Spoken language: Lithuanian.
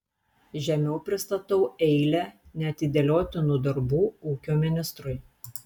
žemiau pristatau eilę neatidėliotinų darbų ūkio ministrui